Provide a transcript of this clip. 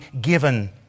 given